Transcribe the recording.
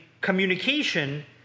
communication